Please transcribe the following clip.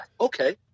Okay